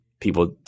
people